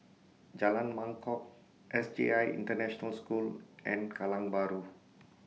Jalan Mangkok S J I International School and Kallang Bahru